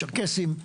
צ'רקסים,